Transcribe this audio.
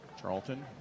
Charlton